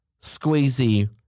squeezy